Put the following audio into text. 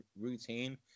routine